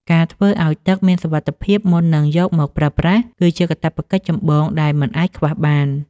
ការធ្វើឱ្យទឹកមានសុវត្ថិភាពមុននឹងយកមកប្រើប្រាស់ គឺជាកាតព្វកិច្ចចម្បងដែលមិនអាចខ្វះបាន។